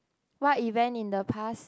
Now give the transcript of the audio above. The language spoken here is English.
what happen in the past